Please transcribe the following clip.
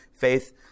faith